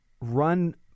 run